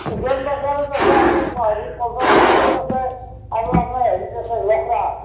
উজান বজাৰতো আছে আপোনাৰ পল্টন বজাৰতো আছে আৰু আপোনাৰ হেৰিত আছে লখৰাত